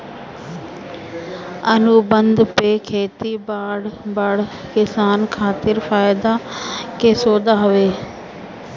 अनुबंध पे खेती बड़ बड़ किसान खातिर फायदा के सौदा हवे